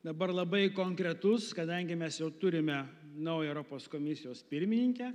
dabar labai konkretus kadangi mes jau turime naują europos komisijos pirmininkę